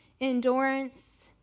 endurance